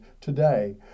today